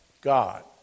God